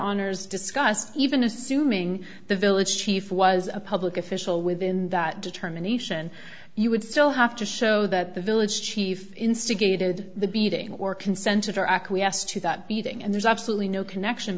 honour's discussed even assuming the village chief was a public official within that determination you would still have to show that the village chief instigated the beating or consented or acquiesce to that beating and there's absolutely no connection